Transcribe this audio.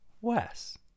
Wes